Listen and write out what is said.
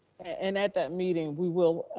and at that meeting, we will,